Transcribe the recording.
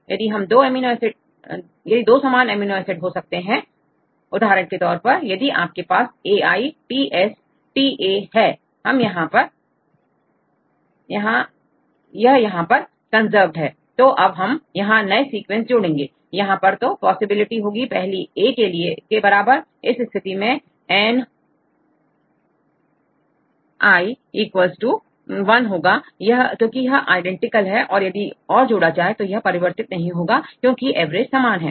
पहली यह दो समान अमीनो एसिड हो सकते हैं उदाहरण के तौर पर यदि आपके पास A I T S T Aहै यह यहां पर कंजर्व्ड है तो अब हम यहां नए सीक्वेंस जोड़ेंगे यहां पर तो पॉसिबिलिटी होंगी पहलीA के बराबर इस स्थिति मेंNaic 1 होगा क्योंकि यह आईडेंटिकल है अब यदि और जोड़ा जाए तो भी यह परिवर्तित नहीं होगा क्योंकि एवरेज समान है